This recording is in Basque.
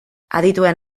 adituen